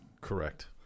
Correct